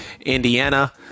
Indiana